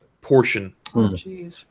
portion